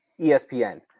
ESPN